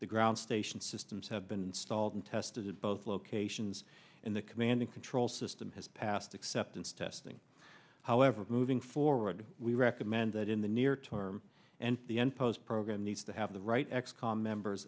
the ground station systems have been installed and tested at both locations in the commanding control system has passed acceptance testing however moving forward we recommend that in the near term and the end post program needs to have the right x com members